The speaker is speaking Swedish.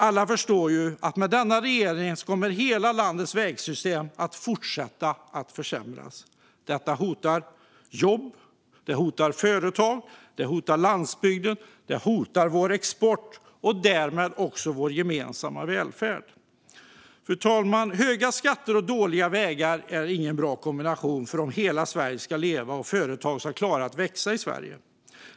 Alla förstår ju att med denna regering kommer hela landets vägsystem att fortsätta försämras. Detta hotar jobb, företag, landsbygd och export, och därmed hotas vår gemensamma välfärd. Fru talman! Höga skatter och dåliga vägar är ingen bra kombination om hela Sverige ska leva och om företag ska klara av att växa i Sverige.